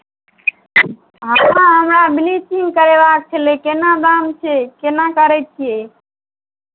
हँ हमरा ब्लीचिंग करेबाक छलै केना दाम छै केना करै छियै